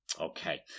Okay